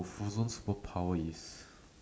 oh so superpower is